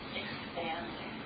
expanding